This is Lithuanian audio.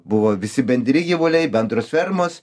buvo visi bendri gyvuliai bendros fermos